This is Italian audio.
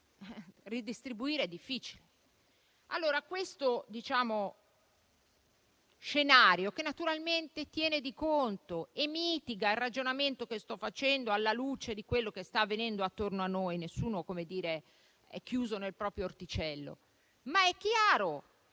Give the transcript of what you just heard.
redistribuire è difficile. Questo scenario naturalmente mitiga il ragionamento che sto facendo alla luce di quello che sta avvenendo attorno a noi (nessuno è chiuso nel proprio orticello), ma è chiaro